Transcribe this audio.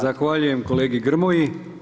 Zahvaljujem kolegi Grmoji.